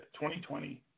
2020